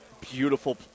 beautiful